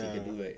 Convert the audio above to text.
ya